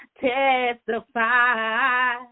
testify